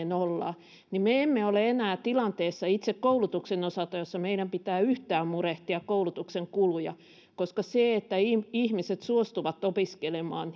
nollaa me emme ole enää itse koulutuksen osalta tilanteessa jossa meidän pitää yhtään murehtia koulutuksen kuluja koska se että ihmiset suostuvat opiskelemaan